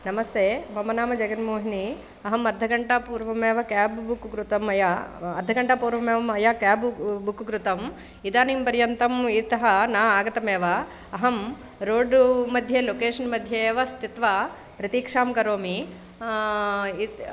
नमस्ते मम नाम जगन्मोहिनी अहं अर्धघण्टापूर्वमेव क्याब् बुक् कृतं मया अर्धघण्टा पूर्वमेव मया क्याब् बु बुक् कृतं इदानीं पर्यन्तम् इतः न आगतमेव अहं रोड्मध्ये लोकेशन्मध्ये एव स्थित्वा प्रतीक्षां करोमि इत्